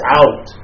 out